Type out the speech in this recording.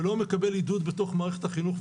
ולא מקבלים עידוד בתוך מערכת החינוך,